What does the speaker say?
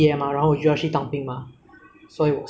ah 做什么事情都会顺顺利利不如